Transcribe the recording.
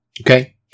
Okay